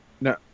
No